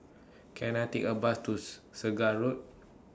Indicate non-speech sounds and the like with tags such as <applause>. Can I Take A Bus to <noise> Segar Road